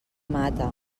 mata